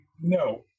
no